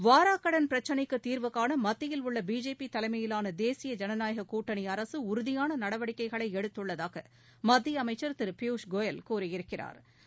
வாராக்கடன் பிரச்சினைக்கு தீர்வுகாண மத்தியில் உள்ள பிஜேபி தலைமையிலான தேசிய ஜனநாயக கூட்டணி அரசு உறுதியான நடவடிக்கைகளை எடுத்துள்ளதாக மத்திய அமைச்சர் திரு பியூஷ் கோயல் கூறியுள்ளா்